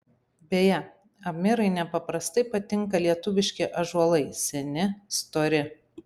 beje amirai nepaprastai patinka lietuviški ąžuolai seni stori